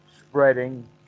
spreading